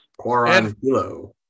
Quarantilo